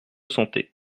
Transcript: santé